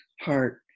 heart